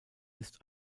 ist